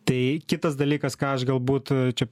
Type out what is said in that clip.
tai kitas dalykas ką aš galbūt čia